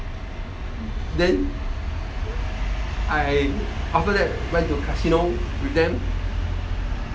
then I after that went to casino with them